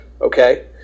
okay